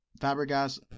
Fabregas